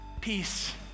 peace